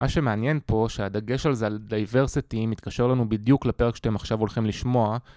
מה שמעניין פה שהדגש על זה על דייברסיטי מתקשר לנו בדיוק לפרק שאתם עכשיו הולכים לשמוע